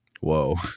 Whoa